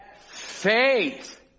Faith